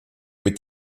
mit